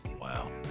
Wow